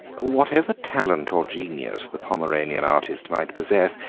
whatever talent or genius the pomeranian artist might possess,